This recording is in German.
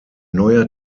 neuer